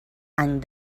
any